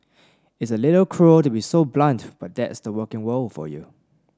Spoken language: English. it's a little cruel to be so blunt but that's the working world for you